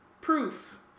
Proof